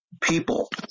people